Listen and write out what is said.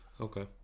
Okay